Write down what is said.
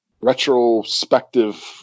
retrospective